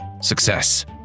Success